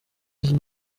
izo